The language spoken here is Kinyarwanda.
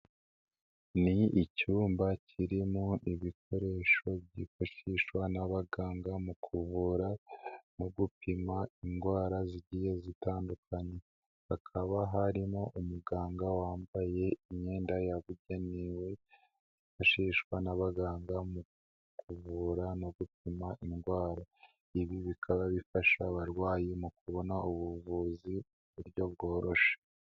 Ni icyumba kirimo ibikoresho byifashishwa n'abaganga mu kuvura no gupima indwara zigiye zitandukanye, hakaba harimo umuganga wambaye imyenda yabugenewe yifashishwa n'abaganga mu kuvura no gupima indwara; ibi bikaba bifasha abarwayi mu kubona ubuvuzi mu buryo bworoshye.